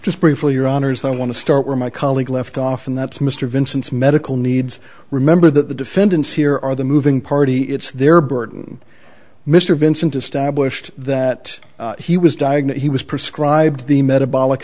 just briefly your honour's i want to start with my colleague left off and that's mr vincent's medical needs remember that the defendants here are the moving party it's their burden mr vincent established that he was diagnosed he was prescribed the metabolic